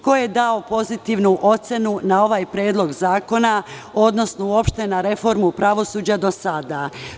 Ko je dao pozitivnu ocenu na ovaj predlog zakona, odnosno uopšte na reformu pravosuđa do sada?